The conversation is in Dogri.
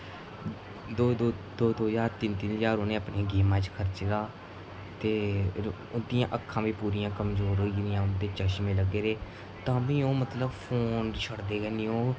दो दो ज्हार रपेआ तिन्न तिन्न ज्हार उ'नें गेमां च खर्चे दा ते उ'न्दियां अक्खां बी पूरियां कमजोर होई गेदियां उ'न्दे च चशमे लग्गे दे तां बी ओह् मतलब फोन छडदे है निं ओह्